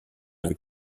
avec